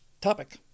Topic